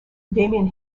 damien